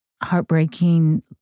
heartbreaking